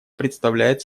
представляет